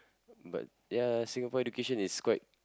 but ya Singapore education is quite